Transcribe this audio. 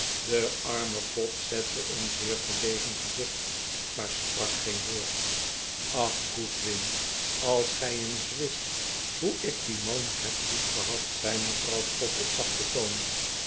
de arme pott zette een zeer verlegen gezicht maar sprak geen woord ach goodwin als gij eens wist hoe ik dien man heb liefgehad zei mevrouw pott op zachten toon